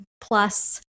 plus